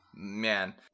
Man